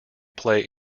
play